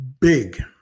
big